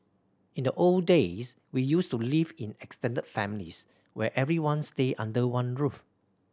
in the old days we used to live in extended families where everyone stayed under one roof